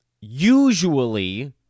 usually